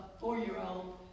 four-year-old